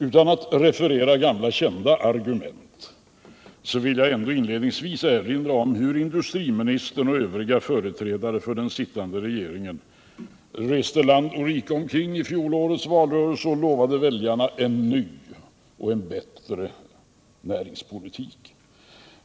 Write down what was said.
Utan att referera till gamla kända argument vill jag ändå inledningsvis erinra om hur industriministern och övriga företrädare för den sittande regeringen i samband med fjolårets valrörelse reste land och rike kring och lovade väljarna en ny och bättre näringspolitik.